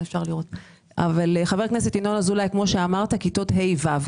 חבר הכנסת ינון אזולאי, כמו שאמרת, כיתות ה'-ו'.